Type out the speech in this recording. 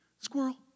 Squirrel